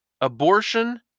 abortion